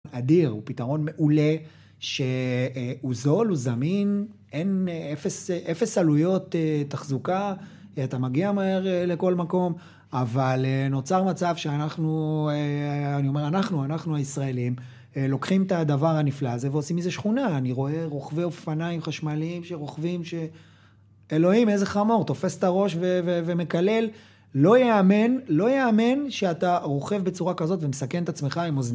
אדיר, הוא פתרון מעולה, שהוא זול, הוא זמין, אין, אפס עלויות תחזוקה, אתה מגיע מהר לכל מקום, אבל נוצר מצב שאנחנו, אני אומר אנחנו, אנחנו הישראלים, לוקחים את הדבר הנפלא הזה ועושים מזה שכונה, אני רואה רוכבי אופניים חשמליים שרוכבים, אלוהים איזה חמור, תופס את הראש ומקלל, לא יאמן, לא יאמן שאתה רוכב בצורה כזאת ומסכן את עצמך עם אוזניות.